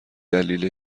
دلیل